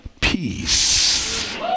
peace